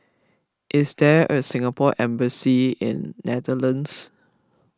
is there a Singapore Embassy in Netherlands